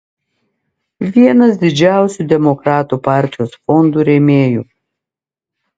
vienas didžiausių demokratų partijos fondų rėmėjų